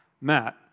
Matt